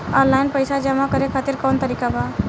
Online पइसा जमा करे खातिर कवन तरीका बा?